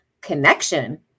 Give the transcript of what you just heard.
Connection